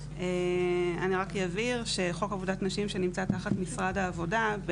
אני רק אבהיר שחוק עבודת נשים שנמצא תחת משרד העבודה,